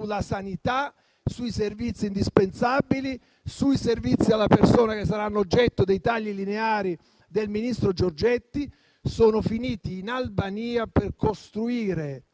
alla sanità, ai servizi indispensabili, ai servizi alla persona, che saranno oggetto dei tagli lineari del ministro Giorgetti. Quei soldi sono finiti in Albania per costruire